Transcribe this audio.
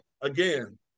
again